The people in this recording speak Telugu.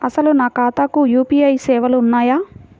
అసలు నా ఖాతాకు యూ.పీ.ఐ సేవలు ఉన్నాయా?